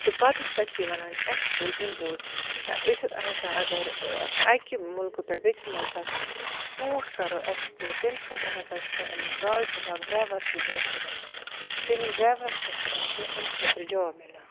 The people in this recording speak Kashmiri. تہٕ پَتہٕ ہَسا چھِ یہِ وَنان اٮ۪کٕسپوٹ اِمپوٹ أسۍ ہَسا اَگَر اَکہِ مُلکہٕ پٮ۪ٹھ بیٚکِس مُلکَس ژوٗنٛٹھۍ کَرو اٮ۪کٕسپوٹ تمہِ خٲطرٕ ہَسا چھِ تمہِ گاڑِ ہُنٛد اَکھ ڈرٛیوَر تہِ ضٔروٗرت تٔمِس ڈرٛیوَرَس تہِ ہَسا چھِ اَمہِ خٲطرٕ جاب مِلان